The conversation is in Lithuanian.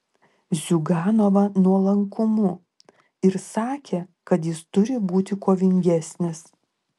ziuganovą nuolankumu ir sakė kad jis turi būti kovingesnis